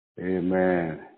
Amen